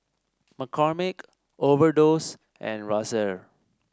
McCormick Overdose and Razer